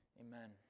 Amen